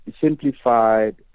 simplified